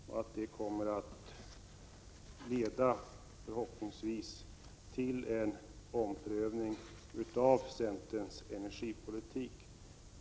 Förhoppningsvis kommer det att leda till en omprövning av centerns energipolitik.